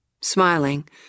Smiling